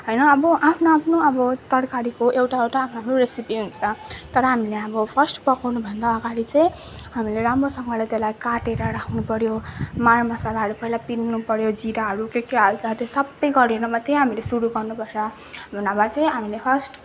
होइन अब आफ्नो आफ्नो अब तरकारीको एउटा एउटा आफ्नो आफ्नो रेसिपी हुन्छ तर हामीले अब फर्स्ट पकाउनुभन्दा अगाडि चाहिँ हामीले राम्रोसँगले त्यसलाई काटेर राख्नु पऱ्यो मरमसलाहरू पहिला पिन्नु पऱ्यो जिराहरू के के हाल्छ त्यो सबै गरेर मात्रै हामीले सुरु गर्नु पर्छ नभए चाहिँ हामीले फर्स्ट